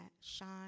shine